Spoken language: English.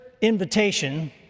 invitation